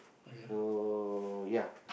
so ya